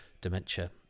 dementia